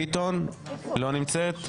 דבי ביטון לא נמצאת.